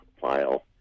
file